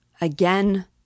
again